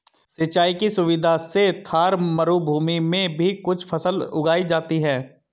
सिंचाई की सुविधा से थार मरूभूमि में भी कुछ फसल उगाई जाती हैं